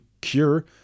cure